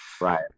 right